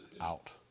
out